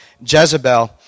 Jezebel